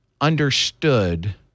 understood